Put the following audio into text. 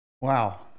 Wow